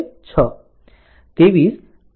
23 આ પ્રકરણ 6 છે